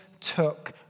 took